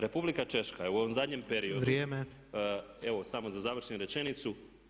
Republika Češka je u ovom zadnjem periodu [[Upadica Tepeš: Vrijeme.]] Evo samo da završim rečenicu.